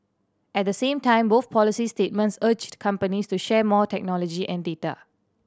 at the same time both policy statements urged companies to share more technology and data